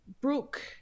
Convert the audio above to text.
brooke